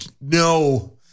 No